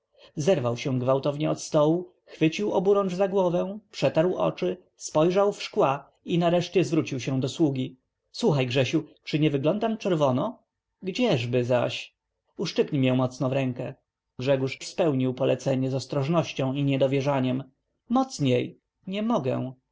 zerwał się gwałtownie od stołu chwycił oburącz za głowę przetarł oczy spojrzał w szkła i nareszcie zwrócił się do sługi słuchaj grzesiu czy nie wyglądam czerwono gdzieby zaś uszczypnij mię mocno w rękę grzegórz spełnił polecenie z ostrożnością i niedowierzaniem mocniej nie mogę